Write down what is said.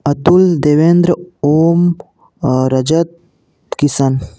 अतुल देवेंद्र ओम और रजत किशन